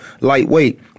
Lightweight